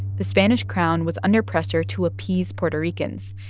the spanish crown was under pressure to appease puerto ricans,